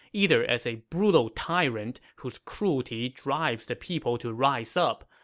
either as a brutal tyrant whose cruelty drives the people to rise up,